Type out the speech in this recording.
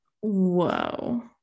Whoa